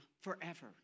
forever